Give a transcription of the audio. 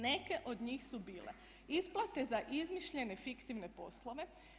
Neke od njih su bile: isplate za izmišljenje fiktivne poslove.